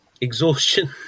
exhaustion